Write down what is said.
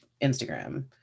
Instagram